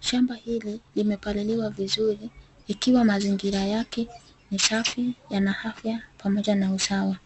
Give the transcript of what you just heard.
Shamba hili limepadaliwa vizuri, ikiwa mazingira yake ni safi yana afya pamoja na usawa,